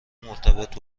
مرتبط